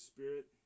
Spirit